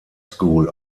school